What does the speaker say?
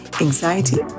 anxiety